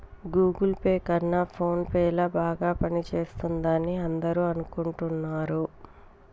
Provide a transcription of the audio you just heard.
Google Pay కన్నా PhonePe ల బాగా పనిచేస్తుందని అందరూ అనుకుంటున్నారు